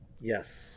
yes